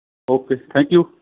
okay thank you